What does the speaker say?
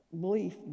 belief